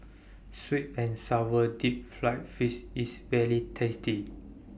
Sweet and Sour Deep Fried Fish IS very tasty